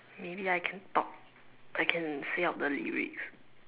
maybe I can talk I can say out the lyrics